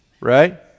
right